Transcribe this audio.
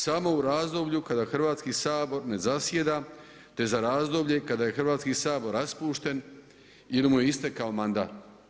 Samo u razdoblju kada Hrvatski sabor ne zasjeda, te za razdoblje kada je Hrvatski sabor raspušten ili mu je istekao mandat.